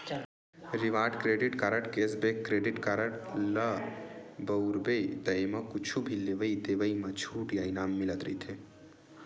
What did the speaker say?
reward credit card, cashback credit card ल बउरबे त एमा कुछु भी लेवइ देवइ म छूट या इनाम मिलत रहिथे